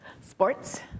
Sports